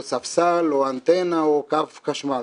או ספסל או אנטנה או קו חשמל,